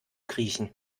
kriechen